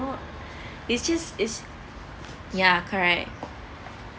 it's just it's yeah correct